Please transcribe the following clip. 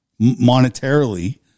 monetarily